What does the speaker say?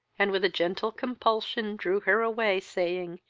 and with a gentle compulsion drew her away, saying,